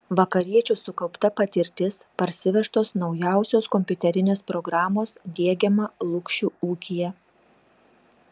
vakariečių sukaupta patirtis parsivežtos naujausios kompiuterinės programos diegiama lukšių ūkyje